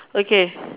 okay